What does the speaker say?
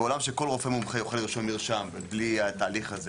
בעולם שכל רופא מומחה יוכל לרשום מרשם בלי התהליך הזה,